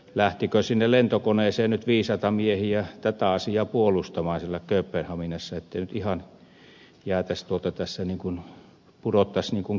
lähtikö sinne lentokoneeseen nyt viisaita miehiä tätä asiaa puolustamaan siellä kööpenhaminassa ettei nyt ihan ikään kuin pudottaisi kelkasta